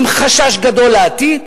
עם חשש גדול לעתיד,